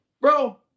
Bro